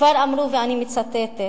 כבר אמרו, ואני מצטטת,